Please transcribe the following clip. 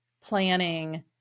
planning